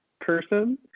person